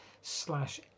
slash